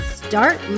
start